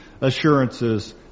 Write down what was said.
assurances